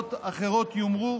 ועבירות אחרות יומרו